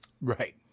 Right